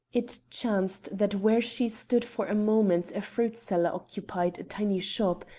it chanced that where she stood for a moment a fruit-seller occupied a tiny shop,